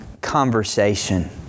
conversation